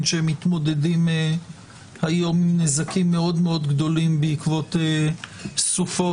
שמתמודדים היום עם נזקים מאוד מאוד גדולים בעקבות סופת